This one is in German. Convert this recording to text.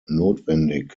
notwendig